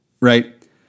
right